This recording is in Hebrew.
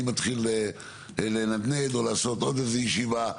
מתחיל לנדנד או לעשות עוד איזה ישיבה,